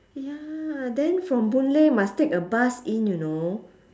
ya then from boon-lay must take a bus in you know